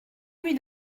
lui